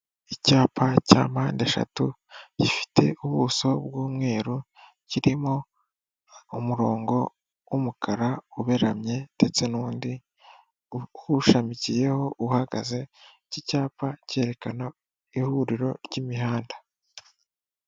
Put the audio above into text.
Icyapa cya mpandeshatu gifite ubuso bw'umweru, kirimo umurongo w'umukara uberamye ndetse n'undi uwushamikiyeho uhagaze, iki cyapa cyerekana ihuriro ry'imihanda.